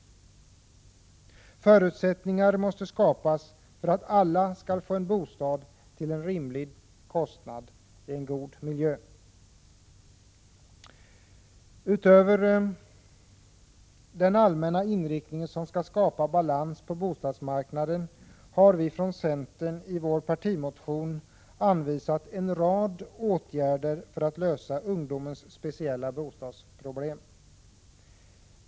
Förutsättningar måste skapas för att alla skall få en bostad till en rimlig kostnad i en god miljö. Utöver den allmänna inriktning som skall skapa balans på bostadsmarknaden har vi från centern i vår partimotion anvisat en rad åtgärder för att lösa ungdomens speciella bostadsproblem.